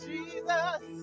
Jesus